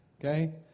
okay